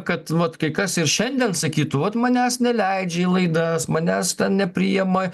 kad vat kai kas ir šiandien sakytų vat manęs neleidžia į laidas manęs ten nepriima